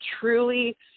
truly